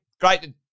Great